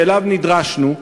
שאליו נדרשנו,